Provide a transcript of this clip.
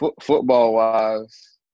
football-wise